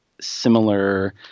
similar